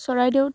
চৰাইদেউত